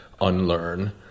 unlearn